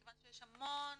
מכיוון שיש המון